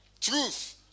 Truth